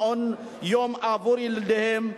מעון-יום עבור ילדיהם,